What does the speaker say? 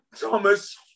Thomas